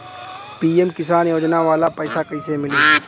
PM Kisan योजना वाला पैसा कईसे मिली?